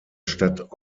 stadt